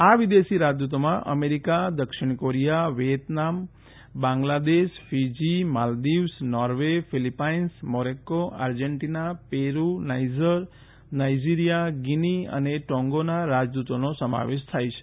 આ વિદેશી રાજદુતોમાં અમેરિકા દક્ષિણ Korea Vietnam Bangladesh Fiji Maldives Norway Philippines Morocco Argentina Peru Niger Nigeria Guinea અને ટોગોના રાજદૂતોનો સમાવેશ થાય છે